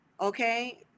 Okay